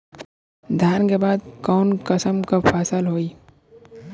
धान के बाद कऊन कसमक फसल होई?